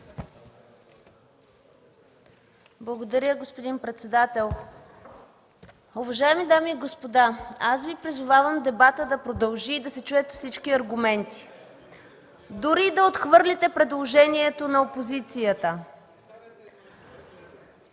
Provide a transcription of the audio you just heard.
Благодаря, господин председател. Уважаеми дами и господа, аз Ви призовавам дебатът да продължи и да се чуят всички аргументи, дори и да отхвърлите предложението на опозицията.